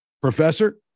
Professor